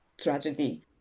tragedy